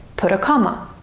put a comma.